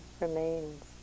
remains